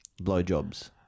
blowjobs